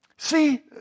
See